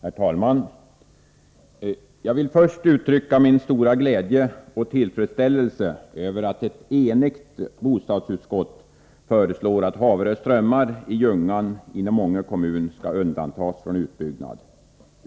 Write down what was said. Herr talman! Jag vill först uttrycka min stora glädje och tillfredsställelse över att ett enigt bostadsutskott föreslår att Haverö strömmar i Ljungan inom Ånge kommun skall undantas från utbyggnad.